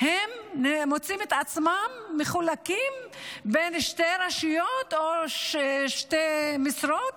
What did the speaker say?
הם מוצאים את עצמם מחולקים בין שתי רשויות או שתי משרות